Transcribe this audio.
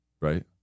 Right